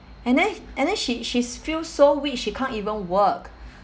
and then and then she she's feel so weak she can't even walk